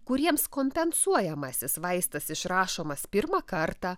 kuriems kompensuojamasis vaistas išrašomas pirmą kartą